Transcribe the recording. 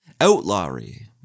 outlawry